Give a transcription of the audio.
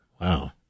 Wow